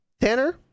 Tanner